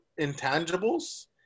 intangibles